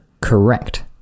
Correct